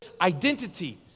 identity